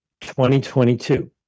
2022